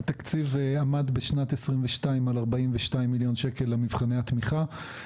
התקציב עמד בשנת 2022 על 42 מיליון שקלים למבחני התמיכה.